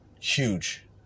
Huge